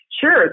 Sure